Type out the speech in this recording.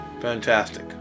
fantastic